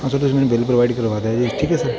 ਹਾਂ ਸਰ ਤੁਸੀਂ ਮੈਨੂੰ ਬਿਲ ਪ੍ਰੋਵਾਇਡ ਕਰਵਾ ਦਿਓ ਜੀ ਠੀਕ ਹੈ ਸਰ